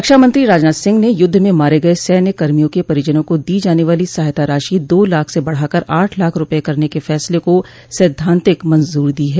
रक्षामंत्री राजनाथ सिंह ने युद्ध में मारे गए सैन्य कर्मियों क परिजनों को दी जाने वाली सहायता राशि दो लाख से बढ़ाकर आठ लाख रूपये करने के फैसले को सैद्वांतिक मंजूरी दे दी है